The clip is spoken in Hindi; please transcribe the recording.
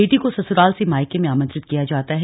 बेटी को ससुराल से मायके में आमंत्रित किया जाता है